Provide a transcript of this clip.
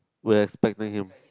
we are expecting him